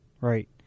right